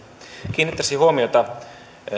kiinnittäisin huomiota